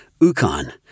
Ukon